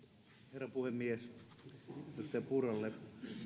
herra puhemies edustaja purralle